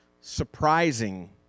surprising